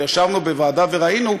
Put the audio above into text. וישבנו בוועדה וראינו,